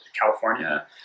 California